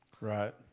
Right